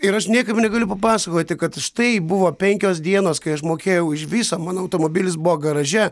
ir aš niekaip negaliu papasakoti kad štai buvo penkios dienos kai aš mokėjau už visą mano automobilis buvo garaže